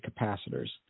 capacitors